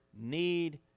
need